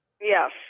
Yes